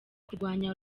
kurwanya